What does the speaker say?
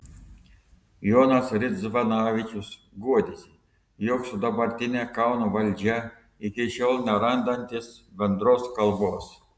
jonas ridzvanavičius guodėsi jog su dabartine kauno valdžia iki šiol nerandantis bendros kalbos